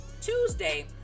tuesday